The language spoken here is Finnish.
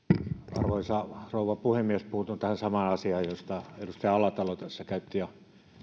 arvoisa rouva puhemies puutun tähän samaan asiaan josta edustaja alatalo tässä jo käytti